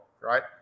right